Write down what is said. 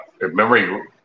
memory